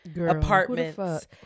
apartments